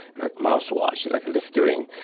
like mouthwash, like listerine.